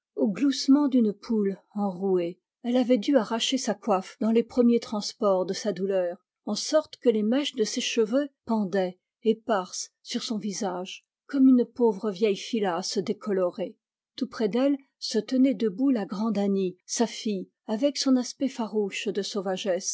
aux gloussements d'une poule enrouée elle avait dû arracher sa coiffe dans les premiers transports de sa douleur en sorte que les mèches de ses cheveux pendaient éparses sur son visage comme une pauvre vieille filasse décolorée tout près d'elle se tenait debout la grande annie sa fille avec son aspect farouche de sauvagesse